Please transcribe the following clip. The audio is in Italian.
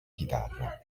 chitarra